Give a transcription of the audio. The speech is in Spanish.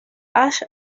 ash